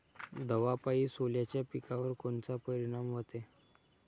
दवापायी सोल्याच्या पिकावर कोनचा परिनाम व्हते?